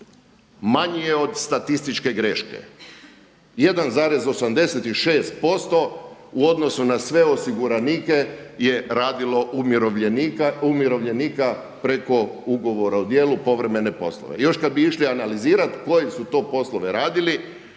Manji je od statističke greške. 1,86% u odnosu na sve osiguranike je radilo umirovljenika preko ugovora o djelu povremene poslove. Još kad bi išli analizirati koje su to poslove radili,